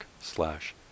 slash